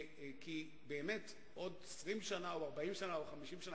כי בעוד 20 שנה או 40 שנה או 50 שנה,